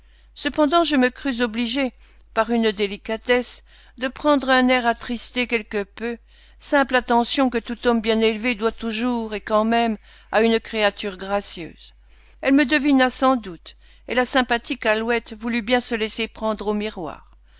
cependant je me crus obligé par une délicatesse de prendre un air attristé quelque peu simple attention que tout homme bien élevé doit toujours et quand même à une créature gracieuse elle me devina sans doute et la sympathique alouette voulut bien se laisser prendre au miroir